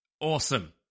Awesome